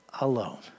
alone